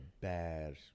bad